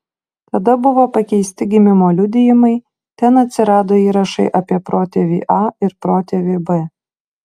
tada buvo pakeisti gimimo liudijimai ten atsirado įrašai apie protėvį a ir protėvį b